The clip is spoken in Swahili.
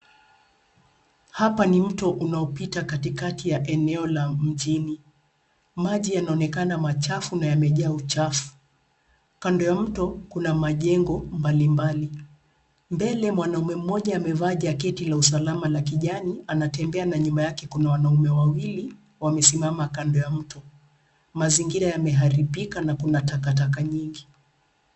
Hapa ni mto unaopita katikati ya eneo la mjini. Maji yanaonekana machafu na yamejaa uchafu. Kando ya mto, kuna majengo mbalimbali. Mbele, mwanaume mmoja amevaa jaketi la usalama la kijani, anatembea na nyuma yake kuna wanaume wawili, wamesimama kando ya mto. Mazingira yameharibika na kuna takataka nyingi.